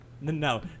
no